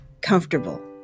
comfortable